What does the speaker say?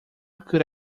could